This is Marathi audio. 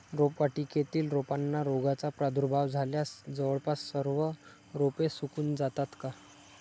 रोपवाटिकेतील रोपांना रोगाचा प्रादुर्भाव झाल्यास जवळपास सर्व रोपे सुकून जातात का?